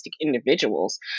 individuals